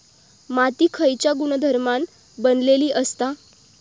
माती खयच्या गुणधर्मान बनलेली असता?